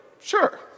Sure